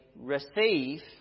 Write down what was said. receive